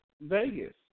Vegas